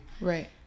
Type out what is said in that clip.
Right